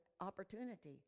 opportunity